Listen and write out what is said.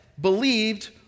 believed